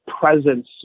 presence